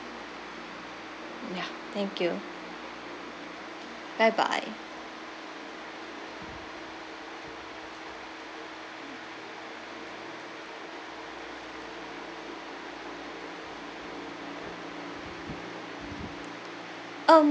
ya thank you bye bye